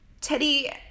Teddy